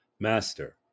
Master